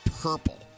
purple